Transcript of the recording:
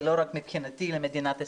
ולא רק מבחינתי למדינת ישראל.